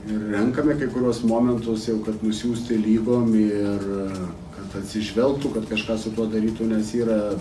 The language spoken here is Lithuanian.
ir renkame kai kuriuos momentus jau kad nusiųsti lygom ir kad atsižvelgtų kad kažką su tuo darytų nes yra